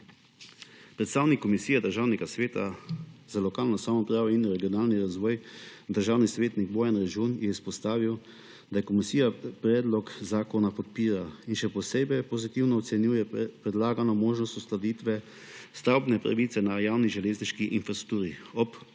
Predstavnik Komisije Državnega sveta za lokalno samoupravo in regionalni razvoj državni svetnik Bojan Režun je izpostavil, da komisija predlog zakona podpira. Še posebej pozitivno ocenjuje predlagano možnost uskladitve stavbne pravice na javni železniški infrastrukturi